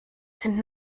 sind